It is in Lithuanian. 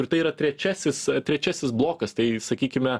ir tai yra trečiasis trečiasis blokas tai sakykime